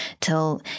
till